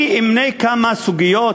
אני אמנה כמה סוגיות